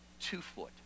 Twofoot